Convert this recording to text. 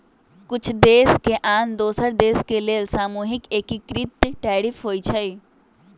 कुछ देश के आन दोसर देश के लेल सामूहिक एकीकृत टैरिफ होइ छइ